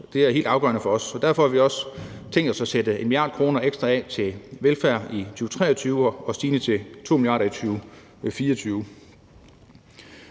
det er helt afgørende for os. Derfor har vi også tænkt os at sætte 1 mia. kr. ekstra af til velfærd i 2023 og stigende til 2 mia. kr. i 2024.